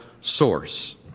source